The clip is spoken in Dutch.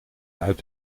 uit